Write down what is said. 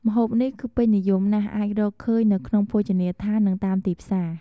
ម្ហូបនេះគឺពេញនិយមណាស់ អាចរកឃើញនៅក្នុងភោជនីយដ្ឋាន និងតាមទីផ្សារ។